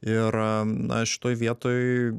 ir na šitoj vietoj